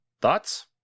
thoughts